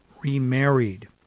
remarried